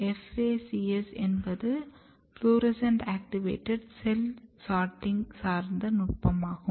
FACS என்பது fluorescent activated cell sorting சார்ந்த நுட்பமாகும்